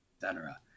cetera